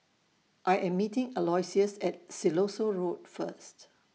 I Am meeting Aloysius At Siloso Road First